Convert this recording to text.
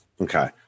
Okay